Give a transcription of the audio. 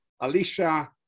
Alicia